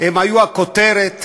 והנושא של דת,